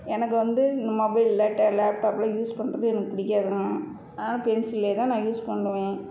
எனக்கு வந்து இந்த மொபைலில் லேப்டாப்பில் யூஸ் பண்ணுறது எனக்கு பிடிக்காதுங்க அதனால் பென்சிலை தான் நான் யூஸ் பண்ணுவேன்